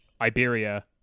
Iberia